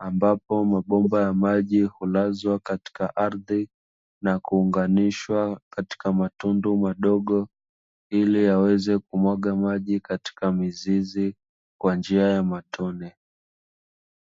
ambapo mabomba ya maji hulazwa katika ardhi, na kuunganishwa katika matundu madogo ili yaweze kumwaga maji katika mizizi kwa njia ya matone.